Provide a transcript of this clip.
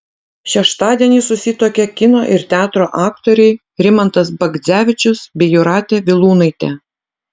šeštadienį susituokė kino ir teatro aktoriai rimantas bagdzevičius bei jūratė vilūnaitė